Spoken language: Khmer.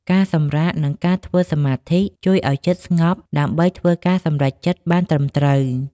ការសម្រាក និងការធ្វើសមាធិ ជួយឱ្យចិត្តស្ងប់ដើម្បីធ្វើការសម្រេចចិត្តបានត្រឹមត្រូវ។